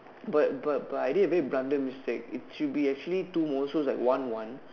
but but but I did a very blunder mistake it should be actually two moles so is like one one